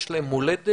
יש להם מולדת,